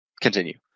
Continue